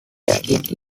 skinned